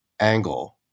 angle